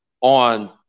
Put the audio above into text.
on